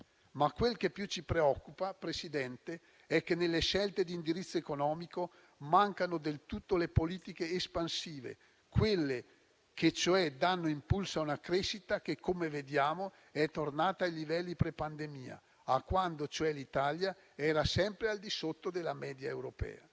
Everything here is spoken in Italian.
Ma quel che più ci preoccupa, Presidente, è che nelle scelte di indirizzo economico mancano del tutto le politiche espansive, cioè quelle che danno impulso a una crescita che, come vediamo, è tornata ai livelli pre-pandemia, a quando l'Italia era sempre al di sotto della media europea.